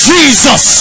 Jesus